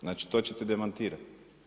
Znači to ćete demantirati.